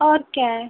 और क्या है